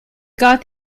got